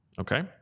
Okay